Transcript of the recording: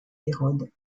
hérode